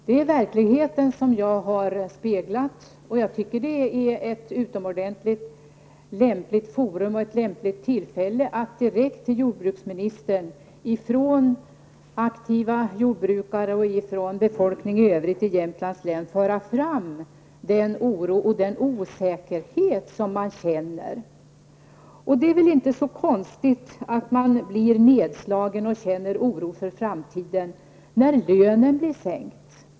Det är verkligheten som jag har speglat, och jag tycker att det här är ett lämpligt tillfälle att direkt till jordbruksministern föra fram den oro och den osäkerhet som aktiva jordbrukare och befolkningen i övrigt i Jämtlands län känner. Det är väl inte så konstigt att man blir nedslagen och känner oro för framtiden när lönen sänks?